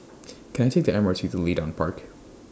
Can I Take The M R T to Leedon Park